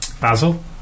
basil